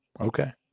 Okay